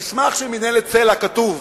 במסמך של מינהלת סל"ע כתוב